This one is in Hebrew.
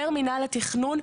אומר מינהל התכנון,